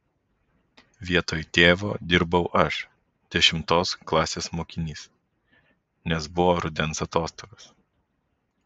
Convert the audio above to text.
vietoj tėvo dirbau aš dešimtos klasės mokinys nes buvo rudens atostogos